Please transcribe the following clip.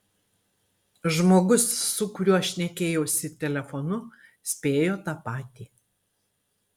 žmogus su kuriuo šnekėjausi telefonu spėjo tą patį